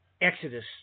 Exodus